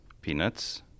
peanuts